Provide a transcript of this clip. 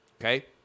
Okay